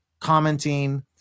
commenting